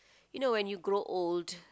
you know when you grow old